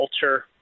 culture